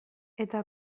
eta